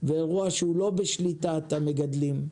זהו אירוע שלא בשליטת המגדלים,